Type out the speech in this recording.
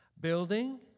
Building